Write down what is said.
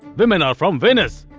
women are from venus.